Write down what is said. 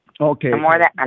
Okay